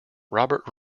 robert